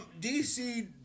DC